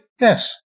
Yes